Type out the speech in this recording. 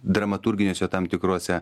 dramaturginiuose tam tikruose